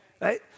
Right